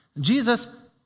Jesus